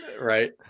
Right